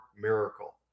Miracle